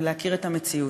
ולהכיר את המציאות.